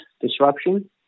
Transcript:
disruption